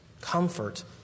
comfort